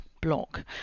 block